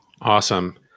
Awesome